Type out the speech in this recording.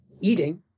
eating